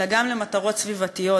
אלא גם למטרות סביבתיות,